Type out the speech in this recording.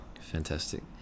Fantastic